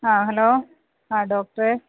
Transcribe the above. ആ ഹലോ അ ഡോക്ടറേ